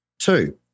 Two